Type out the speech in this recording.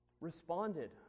responded